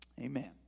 Amen